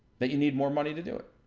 that you need more money to do it.